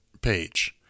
page